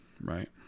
right